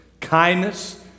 kindness